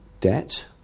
debt